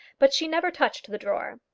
but she never touched the drawer.